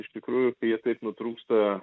iš tikrųjų kai jie taip nutrūksta